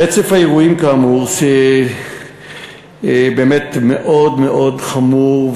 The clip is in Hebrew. רצף האירועים כאמור באמת מאוד מאוד חמור,